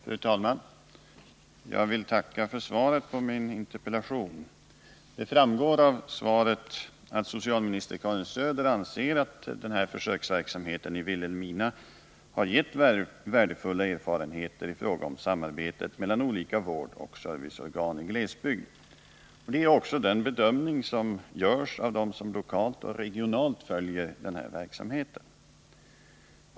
Fru talman! Jag vill tacka för svaret på min interpellation. Det framgår av svaret att socialminister Karin Söder anser att denna försöksverksamhet i Vilhelmina har gett värdefulla erfarenheter i fråga om samarbetet mellan olika vårdoch serviceorgan i glesbygd. Det är också den bedömning som görs av dem som lokalt och regionalt följer denna verksamhet.